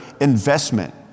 investment